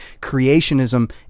Creationism